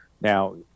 Now